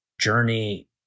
journey